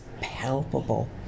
palpable